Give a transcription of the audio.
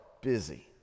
busy